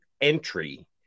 entry